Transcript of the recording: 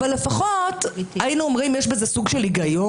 אבל לפחות היינו אומרים שיש בזה סוג של היגיון,